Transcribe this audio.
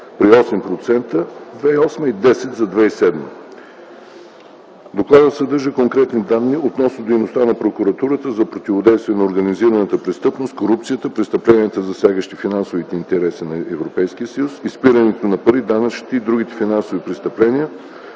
при 8% за 2008 г. и 10% за 2007 г. Докладът съдържа конкретни данни относно дейността на прокуратурата за противодействие на организираната престъпност, корупцията, престъпленията, засягащи финансовите интереси на Европейския съюз, изпирането на пари, данъчните и други финансови престъпления,